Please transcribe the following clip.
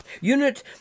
Unit